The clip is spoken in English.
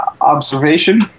observation